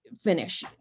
finish